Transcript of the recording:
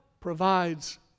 provides